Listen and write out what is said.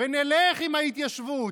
ונלך עם ההתיישבות,